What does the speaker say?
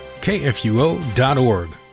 KFUO.org